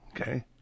Okay